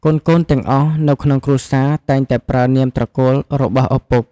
កូនៗទាំងអស់នៅក្នុងគ្រួសារតែងតែប្រើនាមត្រកូលរបស់ឪពុក ។